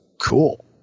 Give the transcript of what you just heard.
cool